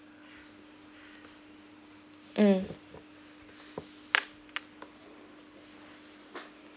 mm